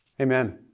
Amen